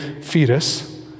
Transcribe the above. fetus